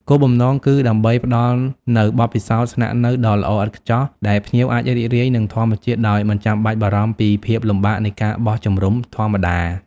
គោលបំណងគឺដើម្បីផ្តល់នូវបទពិសោធន៍ស្នាក់នៅដ៏ល្អឥតខ្ចោះ ដែលភ្ញៀវអាចរីករាយនឹងធម្មជាតិដោយមិនចាំបាច់បារម្ភពីភាពលំបាកនៃការបោះជំរុំធម្មតា។